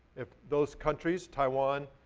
if those countries, taiwan,